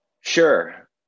Sure